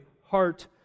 heart